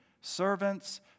servants